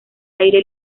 aire